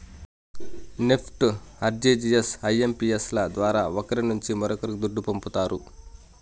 NEFT, RTGS, IMPS ల ద్వారా ఒకరి నుంచి మరొక్కరికి దుడ్డు పంపతారు